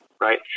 right